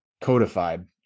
codified